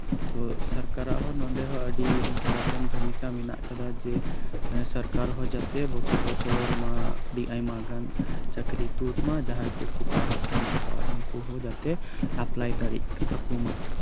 ᱛᱚ ᱥᱚᱨᱠᱟᱨᱟᱜ ᱦᱚᱸ ᱱᱚᱰᱮᱦᱚ ᱟᱹᱰᱤ ᱤᱱᱯᱚᱴᱮᱱ ᱵᱷᱩᱢᱤᱠᱟ ᱢᱮᱱᱟᱜ ᱟᱠᱟᱫᱟ ᱡᱮ ᱥᱚᱨᱠᱟᱨ ᱦᱚᱸ ᱡᱟᱛᱮ ᱵᱚᱪᱷᱚᱨ ᱵᱚᱪᱷᱚᱨ ᱢᱟ ᱟᱹᱰᱤ ᱟᱭᱢᱟ ᱜᱟᱱ ᱪᱟᱹᱠᱨᱤᱭ ᱛᱩᱫ ᱢᱟ ᱡᱟᱦᱟᱸᱭ ᱠᱚᱠᱚ ᱯᱟᱲᱦᱟᱜ ᱠᱟᱱᱟ ᱩᱱᱠᱩᱦᱚᱸ ᱡᱟᱛᱮ ᱮᱯᱞᱟᱭ ᱫᱟᱲᱮᱜ ᱟᱠᱚᱢᱟ